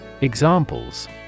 Examples